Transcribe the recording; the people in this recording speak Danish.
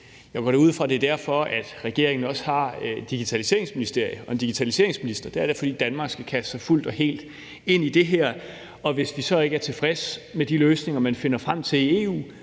Jeg går da også ud fra, det er derfor, at regeringen har et Digitaliseringsministerie og en digitaliseringsminister. For det er da, fordi Danmark skal kaste sig fuldt og helt ind i det her, og hvis vi så ikke er tilfredse med de løsninger, man finder frem til i EU,